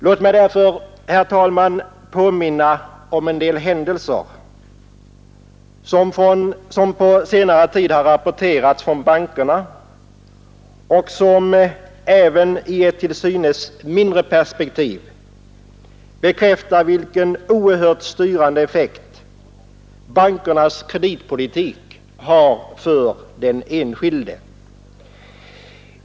Låt mig här påminna om en del händelser, som på senare tid har rapporterats från bankerna och som — även om det är i ett till synes mindre perspektiv — bekräftar vilken oerhört styrande effekt bankernas kreditpolitik har också för den enskilde.